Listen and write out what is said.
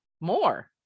more